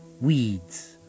weeds